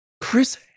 Chris